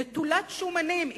נטולת שומנים,